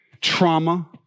Trauma